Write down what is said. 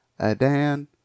Adan